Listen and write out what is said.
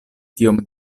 tiom